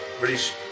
British